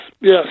yes